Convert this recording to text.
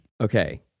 Okay